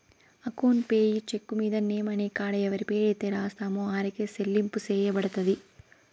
account payee cheque మీద name అనే కాడ ఎవరి పేరైతే రాస్తామో ఆరికే సెల్లింపు సెయ్యబడతది